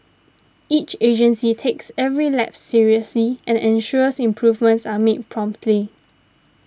each agency takes every lapse seriously and ensures improvements are made promptly